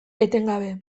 etengabe